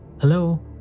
hello